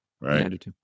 right